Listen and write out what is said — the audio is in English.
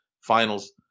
finals